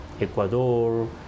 Ecuador